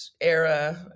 era